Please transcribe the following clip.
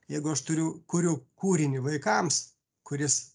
jeigu aš turiu kuriu kūrinį vaikams kuris